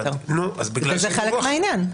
וזה חלק מהעניין.